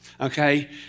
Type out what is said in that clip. Okay